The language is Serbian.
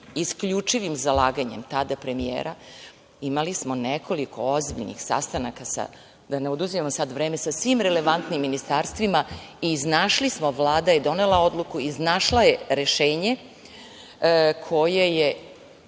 isključivim zalaganjem tada premijera, imali smo nekoliko ozbiljnih sastanaka sa, da ne oduzimam sad vreme, sa svim relevantnim ministarstvima i iznašli smo, Vlada je donela odluku, iznašla je rešenje kojim je